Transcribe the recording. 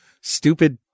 stupid